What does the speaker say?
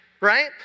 Right